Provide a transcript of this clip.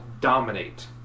Dominate